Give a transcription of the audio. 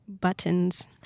Buttons